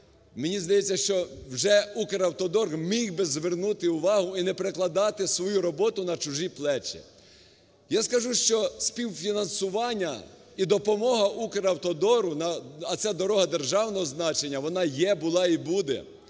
мені здається, що вже "Укравтодор" міг би звернути увагу і не перекладати свою роботу на чужі плечі. Я скажу, що співфінансування і допомога "Укравтодору", а це дорога державного значення, вона є, була і буде.